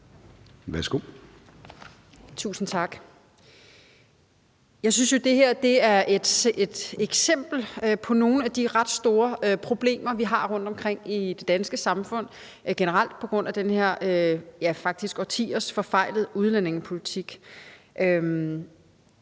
Tusind tak. Jeg synes jo, at det her er et eksempel på nogle af de ret store problemer, vi har rundtomkring i det danske samfund generelt på grund af den her, ja, faktisk årtiers forfejlede udlændingepolitik.